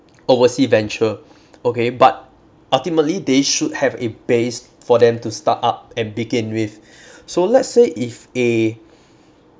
oversea venture okay but ultimately they should have a base for them to start up and begin with so let's say if a